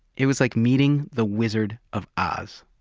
it was like meeting the wizard of oz